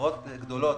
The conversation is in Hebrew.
חברות גדולות